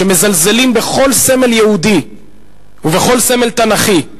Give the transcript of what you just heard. שמזלזלים בכל סמל יהודי ובכל סמל תנ"כי,